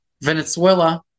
venezuela